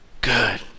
good